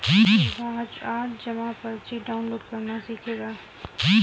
राज आज जमा पर्ची डाउनलोड करना सीखेगा